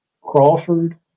Crawford